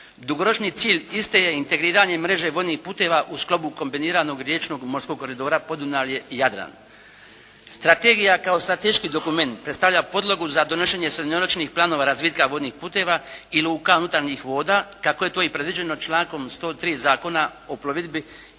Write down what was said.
Dugoročni cilj iste je integriranje mreže vodnih putova u sklopu kombiniranog riječnog morskog koridora Podunavlje-Jadran. Strategija kao strateški dokument predstavlja podlogu za donošenje srednjoročnih planova razvitka vojnih putova i luka unutarnjih voda kako je to i predviđeno člankom 103. Zakona o plovidbi